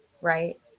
right